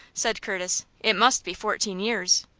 said curtis. it must be fourteen years.